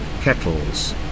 kettles